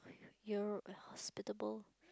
you're hospitable